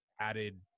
added